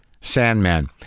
Sandman